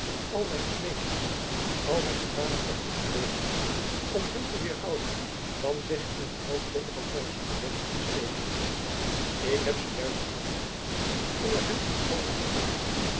al mijn smeekingen al mijn tranen had moeten bezigen om hem te weêrhouden van zich in die noodlottige korrespondentie te steken ik heb ze juist aangewend om er hem toe over te halen